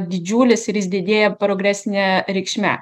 didžiulis ir jis didėja progresine reikšme